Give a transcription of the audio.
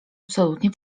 absolutnie